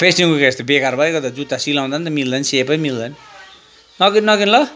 pasting उकेपछि बेकार भइगयो त जुत्ता सिलाउँदा पनि त मिल्दैन सेपै मिल्दैन नकिन नकिन ल